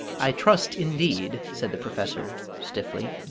i trust, indeed, said the professor, stiffly,